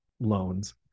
loans